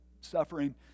suffering